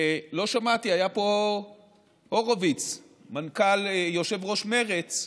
לא שמעתי, היה פה הורוביץ, יושב-ראש מרצ,